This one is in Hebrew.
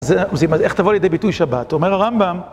איך תבוא לידי ביטוי שבת? אומר הרמב״ם...